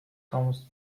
comest